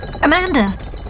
Amanda